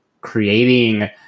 creating